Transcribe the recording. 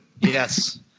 yes